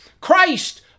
Christ